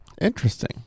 Interesting